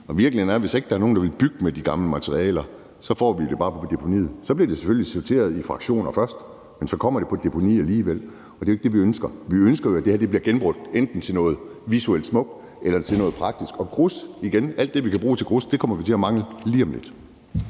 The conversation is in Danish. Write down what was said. Og virkeligheden er, at hvis ikke der er nogen, der vil bygge med de gamle materialer, så får vi det bare på deponiet. Det bliver selvfølgelig sorteret i fraktioner først, men så kommer det på deponi alligevel, og det er jo ikke det, vi ønsker. Vi ønsker, at det her bliver genbrugt, enten til noget visuelt smukt eller til noget praktisk. Og igen vil jeg sige, at grus kommer vi til at mangle lige om lidt.